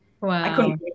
wow